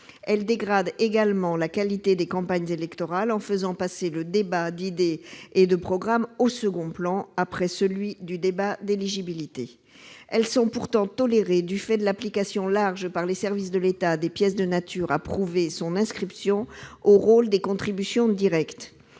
Elles dégradent également la qualité des campagnes électorales, en faisant passer le débat d'idées et de programme au second plan, après celui du débat d'éligibilité. Elles sont pourtant tolérées du fait de l'appréciation large par les services de l'État des pièces de nature à prouver l'inscription du candidat au rôle des contributions directes.